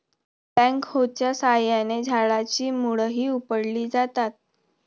बॅकहोच्या साहाय्याने झाडाची मुळंही उपटली जातात